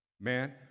Man